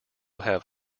have